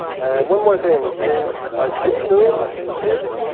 and one more thing is jimmy moon here?